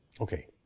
Okay